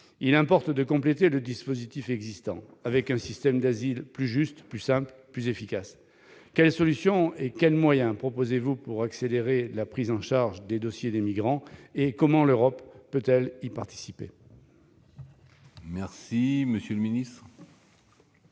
il importe de compléter le dispositif existant, avec un système d'asile plus juste, plus simple et plus efficace : quelles solutions et quels moyens proposez-vous pour accélérer la prise en charge des dossiers des migrants ? Comment l'Europe peut-elle y participer ?